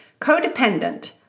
Codependent